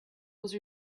was